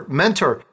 mentor